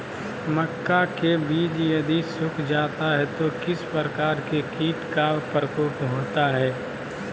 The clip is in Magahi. मक्का के बिज यदि सुख जाता है तो किस प्रकार के कीट का प्रकोप होता है?